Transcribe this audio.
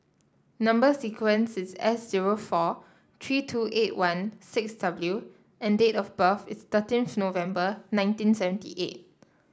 number sequence is S zero four three two eight one six W and date of birth is thirteenth November nineteen seventy eight